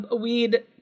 weed